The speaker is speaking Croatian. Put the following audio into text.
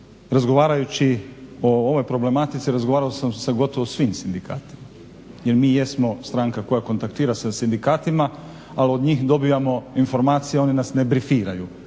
razgovarajući o ovoj problematici razgovarao sam sa gotovo svim sindikatima jer mi jesmo stranka koja kontaktira sa sindikatima ali od njih dobivamo informacije, oni nas ne brifiraju.